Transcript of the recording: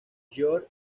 georg